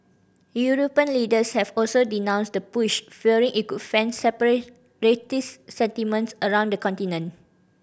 European leaders have also denounced the push fearing it could fan sentiments around the continent